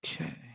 Okay